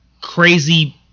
crazy